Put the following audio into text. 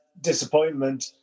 disappointment